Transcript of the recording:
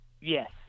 yes